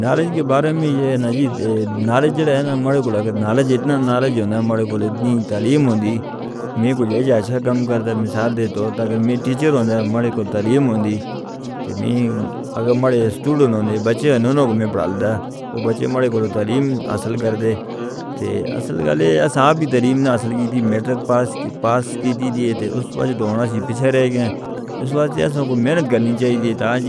نالج کے بارے میں یہ ہے کہ نالج اتنا نالج ہونا ہے مارے کو اتنی تعلیم ہوندی ہے۔ میں کوئی یہ جاہشہ کام کردا مثال دے تو اگر میں ٹیچر ہوندہ مارے کو تعلیم ہوندی تے میں اگر مارے اسٹوڈنٹ ہوندے بچے انہیں نوکھم پڑھالدا، وہ بچے مارے کو تعلیم حاصل کردے۔ اصل گالے اساں بھی تعلیم نہ حاصل کیتی، محنت پاس کیتی دیئے تے اس وجہ ڈھونا سی بھسہ رہ گئے۔ اس وجہ اساں کو محنت کرنی چاہی دیئے تے آج